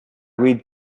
read